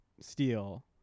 steal